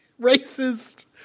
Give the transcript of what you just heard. Racist